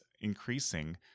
increasing